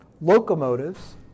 locomotives